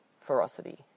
ferocity